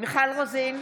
מיכל רוזין,